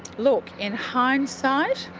look in hindsight,